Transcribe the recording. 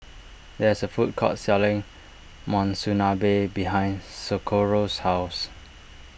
there is a food court selling Monsunabe behind Socorro's house